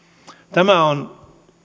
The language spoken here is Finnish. tämä on